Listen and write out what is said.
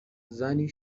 زنی